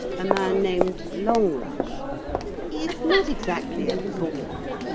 a man named longrush. he is not exactly a bore.